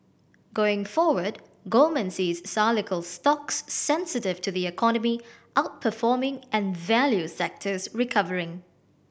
going forward Goldman sees cyclical stocks sensitive to the economy outperforming and value sectors recovering